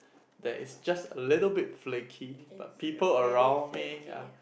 that is just a little bit flaky but people around me are